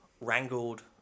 wrangled